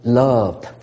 loved